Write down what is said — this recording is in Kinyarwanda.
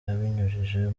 abinyujije